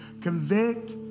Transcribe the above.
Convict